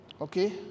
Okay